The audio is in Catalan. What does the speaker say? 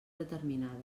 determinada